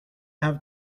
have